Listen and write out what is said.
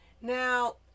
Now